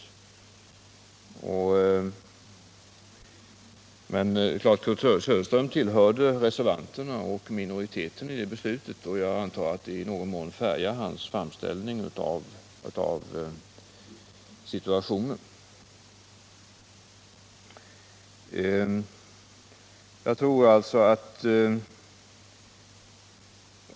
Kurt Söderström tillhörde reservanterna, alltså minoriteten, när det beslutet togs. Jag antar att det i någon mån färgar hans framställning av situationen.